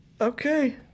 Okay